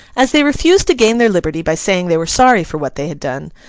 as they refused to gain their liberty by saying they were sorry for what they had done,